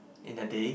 in the day